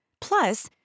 Plus